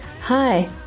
Hi